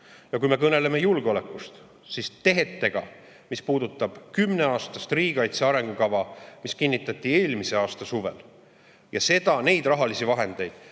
Ja kui me kõneleme julgeolekust, tehetest, mis puudutavad kümneaastast riigikaitse arengukava, mis kinnitati eelmise aasta suvel, ja rahalisi vahendeid,